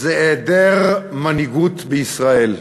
היא היעדר מנהיגות בישראל.